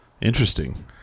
Interesting